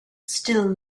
still